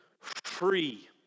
free